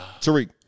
Tariq